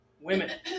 women